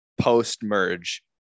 post-merge